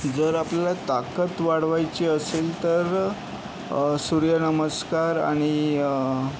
जर आपल्याला ताकद वाढवायची असेल तर सूर्यनमस्कार आणि